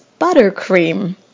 buttercream